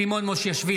נגד סימון מושיאשוילי,